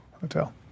Hotel